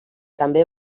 també